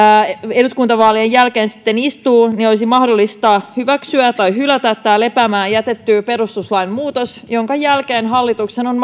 eduskuntavaalien jälkeen sitten istuvat niin olisi mahdollista hyväksyä tai hylätä tämä lepäämään jätetty perustuslain muutos minkä jälkeen hallituksen on